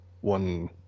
one